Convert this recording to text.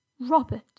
Robert